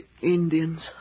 Indians